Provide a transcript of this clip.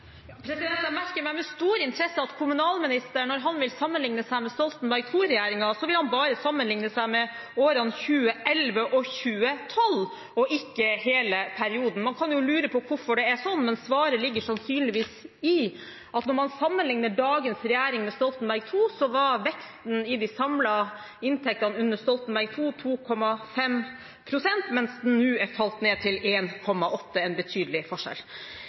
Jeg merker meg med stor interesse at når kommunalministeren vil sammenligne seg med Stoltenberg II-regjeringen, vil han bare sammenligne seg med årene 2011 og 2012, og ikke med hele perioden. Man kan lure på hvorfor det er sånn. Svaret ligger sannsynligvis i at når man sammenligner dagens regjering med Stoltenberg II, var veksten i de samlede inntektene under Stoltenberg II 2,5 pst., mens den nå er falt ned til 1,8 pst. – en betydelig forskjell.